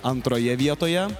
antroje vietoje